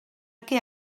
què